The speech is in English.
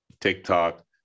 TikTok